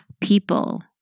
people